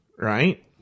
Right